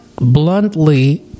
bluntly